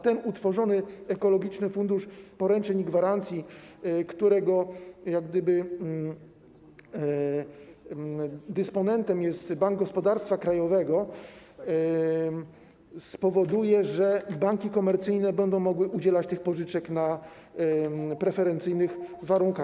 Ten utworzony Ekologiczny Fundusz Poręczeń i Gwarancji, którego dysponentem jest Bank Gospodarstwa Krajowego, spowoduje, że banki komercyjne będą mogły udzielać tych pożyczek na preferencyjnych warunkach.